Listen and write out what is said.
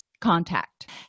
contact